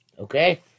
Okay